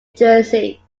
jersey